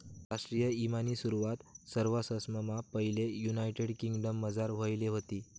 राष्ट्रीय ईमानी सुरवात सरवाससममा पैले युनायटेड किंगडमझार व्हयेल व्हती